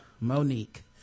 Monique